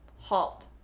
Halt